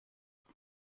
هستم